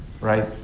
right